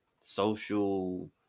social